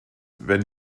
wenn